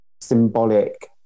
symbolic